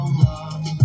love